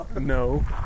no